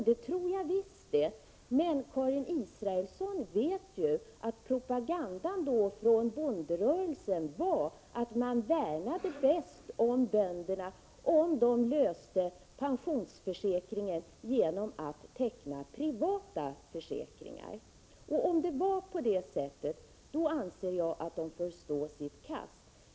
Det tror jag visst det! Men Karin Israelsson vet ju att propagandan från bonderörelsen var att bönderna bäst värnade sina intressen om de löste sin pensionsfråga genom att teckna privata försäkringar. Om det var på det sättet anser jag att de får stå sitt kast.